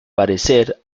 parecer